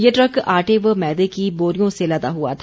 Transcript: ये ट्रक आटे व मैदे की बोरियों से लदा हुआ था